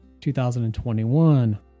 2021